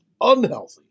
unhealthy